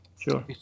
Sure